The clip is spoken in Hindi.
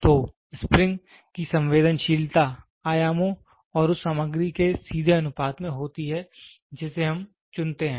तो स्प्रिंग की संवेदनशीलता आयामों और उस सामग्री के सीधे अनुपात में होती है जिसे हम चुनते हैं